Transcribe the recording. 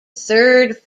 third